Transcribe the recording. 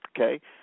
Okay